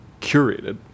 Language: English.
curated